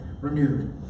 renewed